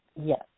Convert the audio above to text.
Yes